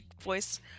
voice